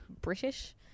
British